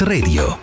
Radio